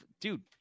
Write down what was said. dude